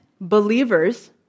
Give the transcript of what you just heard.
believers